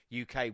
UK